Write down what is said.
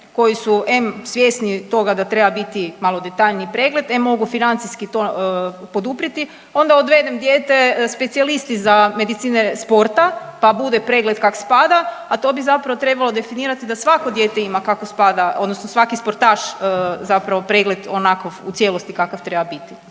koji su em svjesni toga treba biti malo detaljniji pregled, em mogu financijski to poduprijeti, onda odvedem dijete specijalisti za medicine sporta pa bude pregled kak spada, a to bi zapravo trebalo definirati da svako dijete kako spada, odnosno svaki sportaš zapravo pregled onako u cijelosti kakav treba biti.